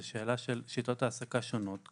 זו שאלה של שיטות העסקה שונות.